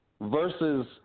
versus